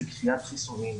זה כפיית חיסונים,